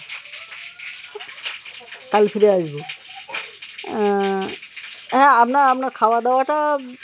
কাল ফিরে আসবো হ্যাঁ আপনা আপনার খাওয়া দাওয়াটা